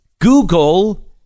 google